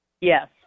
Yes